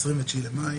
ב-29 במאי.